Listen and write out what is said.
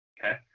Okay